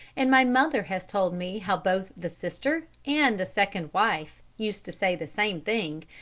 and my mother has told me how both the sister and the second wife used to say the same thing,